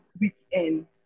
weekend